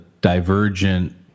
divergent